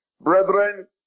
Brethren